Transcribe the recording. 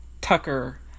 Tucker